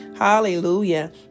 Hallelujah